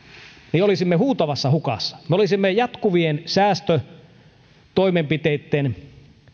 olisimme huutavassa hukassa me olisimme jatkuvien säästötoimenpiteitten